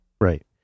Right